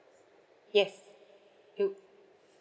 yes u~